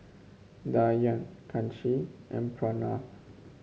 Dhyan Kanshi and Pranav